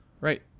Right